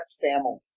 family